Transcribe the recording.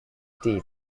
teeth